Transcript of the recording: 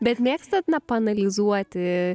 bet mėgstat na paanalizuoti